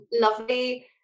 lovely